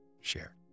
share